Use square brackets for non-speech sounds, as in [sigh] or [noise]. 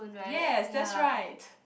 yes that's right [noise]